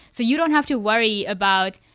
so you don't have to worry about,